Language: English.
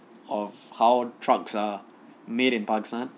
of how trucks are made in pakistan